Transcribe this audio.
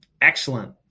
Excellent